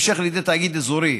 ובהמשך לידי תאגיד אזורי.